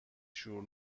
شور